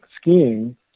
skiing